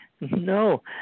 No